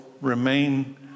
remain